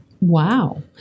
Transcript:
Wow